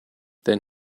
then